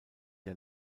der